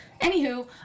anywho